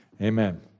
Amen